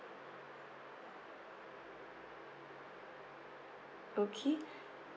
okay